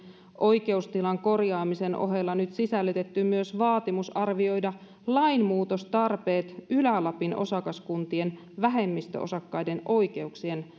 oikeustilan korjaamisen ohella nyt sisällytetty myös vaatimus arvioida lainmuutostarpeet ylä lapin osakaskuntien vähemmistöosakkaiden oikeuksien